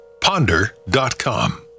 ponder.com